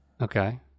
Okay